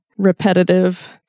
repetitive